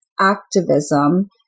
activism